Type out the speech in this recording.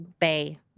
Bay